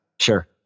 sure